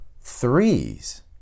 threes